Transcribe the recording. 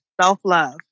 self-love